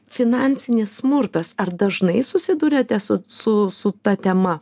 finansinis smurtas ar dažnai susiduriate su su ta tema